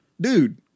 dude